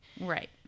Right